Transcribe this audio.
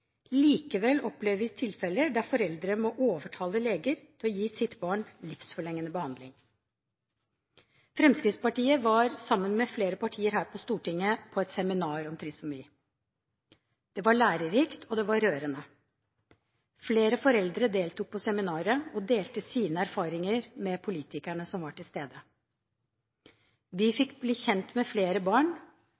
Likevel opplever vi tilfeller der foreldre må overtale leger til å gi sitt barn livsforlengende behandling. Fremskrittspartiet har sammen med flere partier her på Stortinget vært på et seminar om trisomi. Det var lærerikt, og det var rørende. Flere foreldre deltok på seminaret og delte sine erfaringer med politikerne som var til stede. Vi